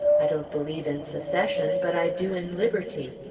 i don't believe in secession, but i do in liberty.